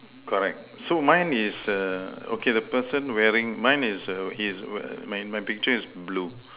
correct so mine is err okay the person wearing mine is err he is in my picture is blue